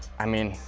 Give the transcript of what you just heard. i mean,